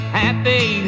happy